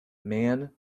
man